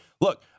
look